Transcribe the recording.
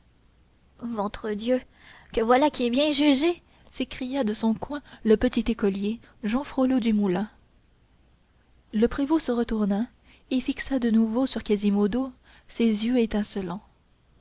ventre dieu que voilà qui est bien jugé s'écria de son coin le petit écolier jehan frollo du moulin le prévôt se retourna et fixa de nouveau sur quasimodo ses yeux étincelants